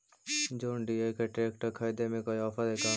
जोन Deere के tractor खरिदे में कोई औफर है का?